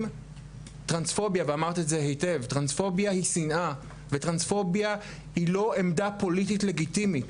טרנספוביה היא שנאה וטרנספוביה היא לא עמדה פוליטית לגיטימית.